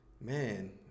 man